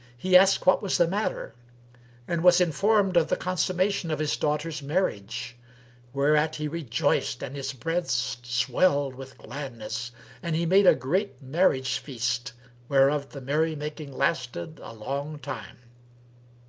he asked what was the matter and was informed of the consummation of his daughter's marriage whereat he rejoiced and his breast swelled with gladness and he made a great marriage-feast whereof the merry-making lasted a long time.